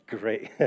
Great